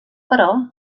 però